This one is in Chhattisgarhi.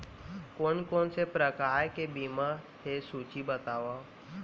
कोन कोन से प्रकार के बीमा हे सूची बतावव?